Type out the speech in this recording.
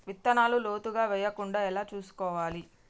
విత్తనాలు లోతుగా వెయ్యకుండా ఎలా చూసుకోవాలి?